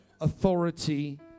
authority